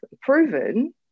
proven